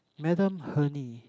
Madam Hurney